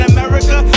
America